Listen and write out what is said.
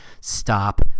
stop